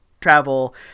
travel